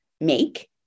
make